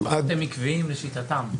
לפחות הם עקביים לשיטתם.